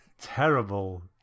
terrible